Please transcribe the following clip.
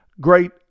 great